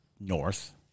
North